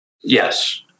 Yes